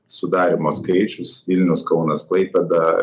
sudarymo skaičius vilnius kaunas klaipėda